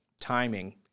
timing